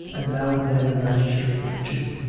and now and then a magistrate or two.